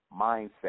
mindset